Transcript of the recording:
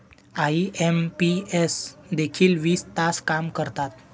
IMPS देखील वीस तास काम करतात?